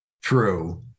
True